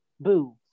Boo